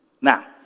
Now